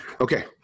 Okay